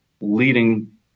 leading